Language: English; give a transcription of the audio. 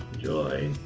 joy,